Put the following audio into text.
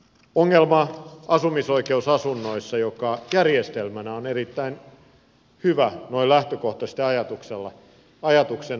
asumisoikeusasuminen järjestelmänä on erittäin hyvä noin lähtökohtaisesti ajatuksena